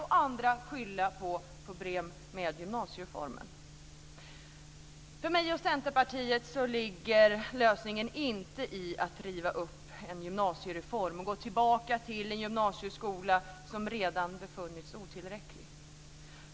Andra kommer att skylla på problem med gymnasiereformen. För mig och Centerpartiet ligger lösningen inte i att riva upp gymnasiereformen och gå tillbaka till en gymnasieskola som redan befunnits otillräcklig.